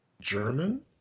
German